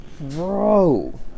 Bro